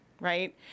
right